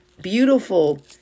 beautiful